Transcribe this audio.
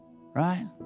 Right